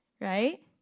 Right